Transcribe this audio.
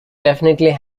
definitely